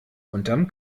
unterm